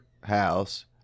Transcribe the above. house